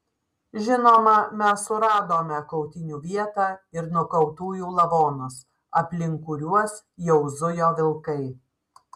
žinoma mes suradome kautynių vietą ir nukautųjų lavonus aplink kuriuos jau zujo vilkai